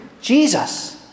Jesus